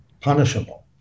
punishable